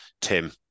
Tim